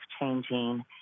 changing